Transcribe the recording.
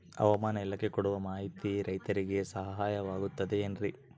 ಹವಮಾನ ಇಲಾಖೆ ಕೊಡುವ ಮಾಹಿತಿ ರೈತರಿಗೆ ಸಹಾಯವಾಗುತ್ತದೆ ಏನ್ರಿ?